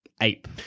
ape